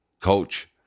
coach